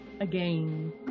Again